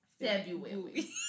february